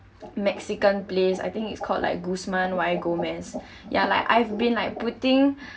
mexican place I think it's called like guzman y gomez yeah like I've been like putting